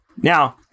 Now